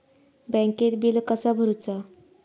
बँकेत बिल कसा भरुचा?